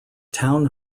town